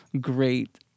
great